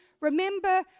Remember